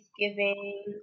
Thanksgiving